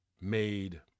made